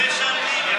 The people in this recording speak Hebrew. משלמים.